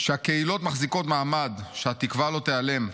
שהקהילות מחזיקות מעמד, שהתקווה לא תיעלם.